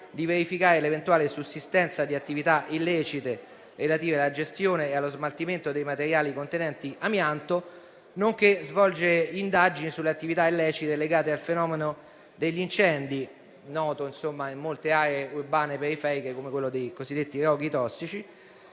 e dell'eventuale sussistenza di attività illecite relative alla gestione e allo smaltimento dei materiali contenenti amianto, nonché d'indagine sulle attività illecite legate al fenomeno degli incendi, diffuso in molte aree urbane e periferiche, come i cosiddetti roghi tossici,